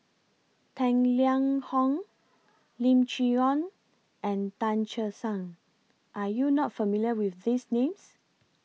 Tang Liang Hong Lim Chee Onn and Tan Che Sang Are YOU not familiar with These Names